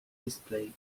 display